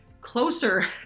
closer